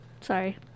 Sorry